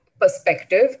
perspective